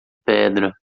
pedra